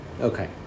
Okay